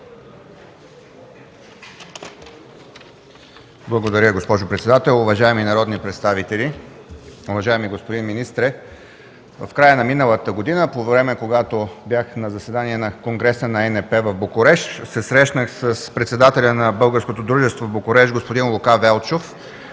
Благодаря, госпожо председател. Уважаеми народни представители! Уважаеми господин министре, в края на миналата година, когато бях на заседание на Конгреса на ЕНП в Букурещ, се срещнах с председателя на българското дружество в Букурещ господин Лука Велчов